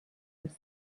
and